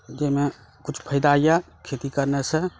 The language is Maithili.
जाहिमे किछु फायदा यऽश्रखेती करनाइ से